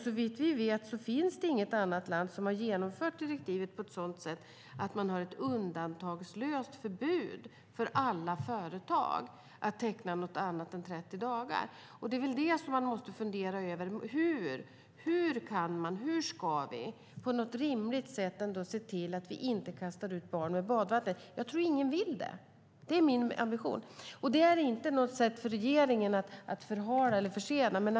Såvitt vi vet finns det inget annat land som har genomfört direktivet på ett sådant sätt att man har ett undantagslöst förbud för alla företag att teckna något annat än 30 dagar. Det vi måste fundera över är hur vi på ett rimligt sätt kan se till att vi inte kastar ut barnet med badvattnet. Jag tror inte att någon vill det. Det är inte ett sätt för regeringen att förhala eller försena frågan.